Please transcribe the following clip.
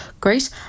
great